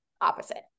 opposite